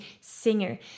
singer